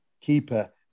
keeper